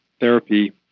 therapy